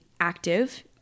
active